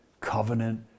covenant